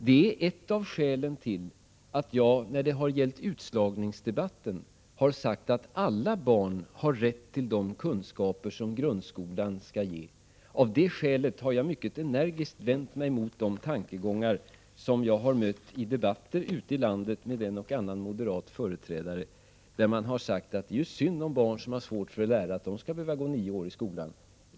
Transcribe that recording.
Det är ett av skälen till att jag när det har gällt utslagningsdebatten har sagt att alla barn har rätt till de kunskaper som grundskolan skall ge. Av den anledningen har jag mycket energiskt vänt mig mot de tankegångar som jag har mött i debatter ute i landet med en och annan moderat företrädare. De har sagt: Det är synd att de barn som har svårt för att lära skall behöva gå nio år i skolan.